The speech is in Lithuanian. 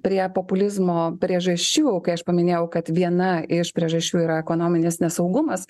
prie populizmo priežasčių kai aš paminėjau kad viena iš priežasčių yra ekonominis nesaugumas